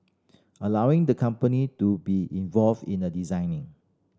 allowing the company to be involved in the designing